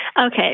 okay